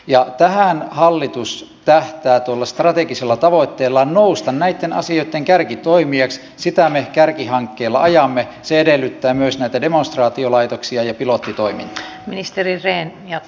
ja tähän hallitus tähtää tuolla strategisella tavoitteellaan nousta näitten asioitten kärkitoimijaksi sitä me kärkihankkeella ajamme eduskunta edellyttää myös tätä demonstraatiolaitoksia ja pilottitoiminta ministeriyteen ja j